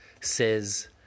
says